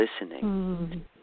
listening